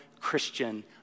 christian